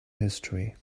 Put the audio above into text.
history